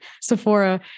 Sephora